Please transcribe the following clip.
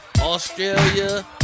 Australia